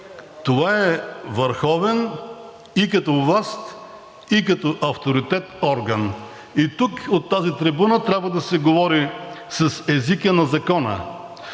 това е върховен и като власт, и като авторитет орган. И тук от тази трибуна трябва да се говори с езика на закона,